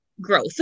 growth